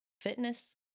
fitness